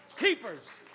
Keepers